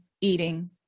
eating